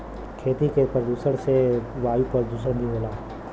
खेती के प्रदुषण से वायु परदुसन भी होला